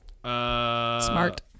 Smart